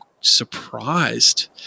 surprised